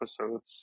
episodes